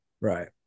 Right